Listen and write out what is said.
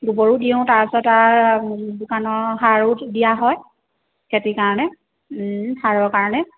গোবৰো দিওঁ তাৰপাছত আ দোকানৰ সাৰো দিয়া হয় খেতিৰ কাৰণে সাৰৰ কাৰণে